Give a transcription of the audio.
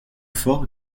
fort